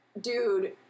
dude